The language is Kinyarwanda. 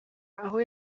aho